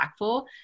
impactful